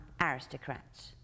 aristocrats